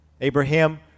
Abraham